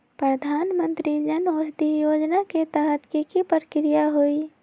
प्रधानमंत्री जन औषधि योजना के तहत की की प्रक्रिया होई?